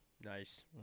Nice